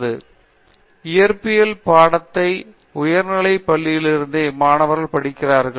பேராசிரியர் பிரதாப் ஹரிதாஸ் இயற்பியல் பாடத்தை உயர்நிலைப் பள்ளியிலிருந்தே மாணவர்கள் படிக்கிறார்கள்